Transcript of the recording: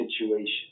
situation